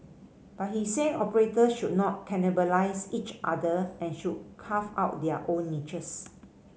but he said operators should not cannibalise each other and should carve out their own niches